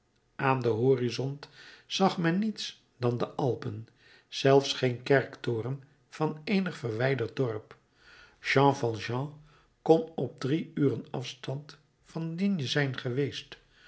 aan den horizont zag men niets dan de alpen zelfs geen kerktoren van eenig verwijderd dorp jean valjean kon op drie uren afstand van d zijn geweest